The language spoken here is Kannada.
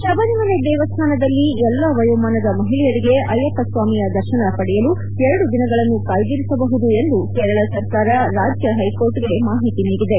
ಶಬರಿಮಲೆ ದೇವಸ್ಥಾನದಲ್ಲಿ ಎಲ್ಲಾ ವಯೋಮಾನದ ಮಹಿಳೆಯರಿಗೆ ಅಯ್ಜಪ್ಪ ಸ್ವಾಮಿಯ ದರ್ಶನ ಪಡೆಯಲು ಎರಡು ದಿನಗಳನ್ನು ಕಾಯ್ದಿರಸಬಹುದು ಎಂದು ಕೇರಳ ಸರ್ಕಾರ ರಾಜ್ಯ ಹೈಕೋರ್ಟಿಗೆ ಮಾಹಿತಿ ನೀಡಿದೆ